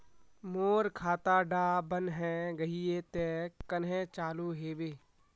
मोर खाता डा बन है गहिये ते कन्हे चालू हैबे?